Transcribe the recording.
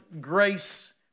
grace